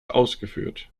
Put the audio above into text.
ausgeführt